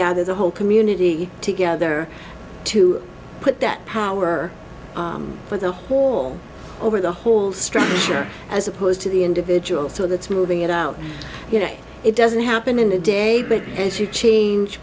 gather the whole community together to put that power for the whole over the whole structure as opposed to the individual so that's moving it out you know it doesn't happen in a day but as you change